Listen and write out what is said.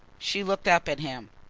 she looked up at him.